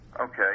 Okay